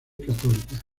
católica